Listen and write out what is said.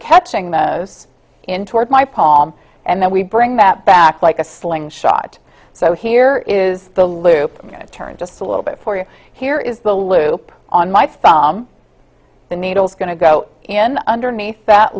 catching those in towards my palm and then we bring that back like a slingshot so here is the loop turn just a little bit for you here is the loop on my from the needles going to go in underneath that